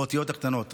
באותיות הקטנות.